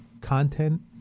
Content